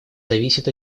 зависит